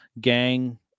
gang